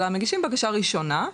אלא מגישים בקשה ראשונה,